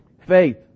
Faith